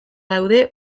daude